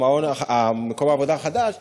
מקום העבודה החדש.